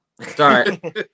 Sorry